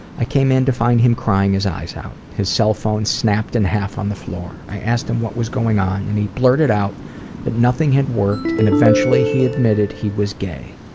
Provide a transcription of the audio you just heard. i came in to find him crying his eyes out, his cell phone snapped in half on the floor. i asked him what was going on and he blurted out that nothing had worked and eventually he admitted he was gay.